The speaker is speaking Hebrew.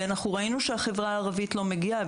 ראינו שהחברה הערבית לא מגיעה,